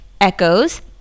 Echoes